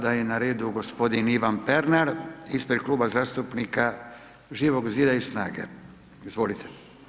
Sada je na redu g. Ivan Pernar ispred Kluba zastupnika Živog zida i SNAGA-e, izvolite.